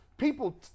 people